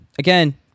Again